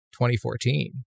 2014